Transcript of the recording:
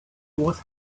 was